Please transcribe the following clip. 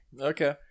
okay